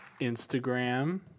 Instagram